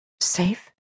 Safe